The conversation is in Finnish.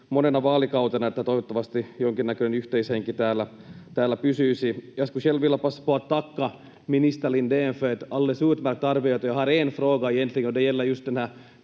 tulevana vaalikautena, että toivottavasti jonkinnäköinen yhteishenki täällä pysyisi. Jag skulle själv vilja passa på att tacka minister Lindén för ett alldeles utmärkt arbete.